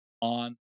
on